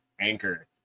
anchor